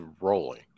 rolling